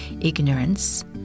ignorance